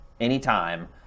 anytime